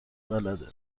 بلده